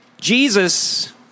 Jesus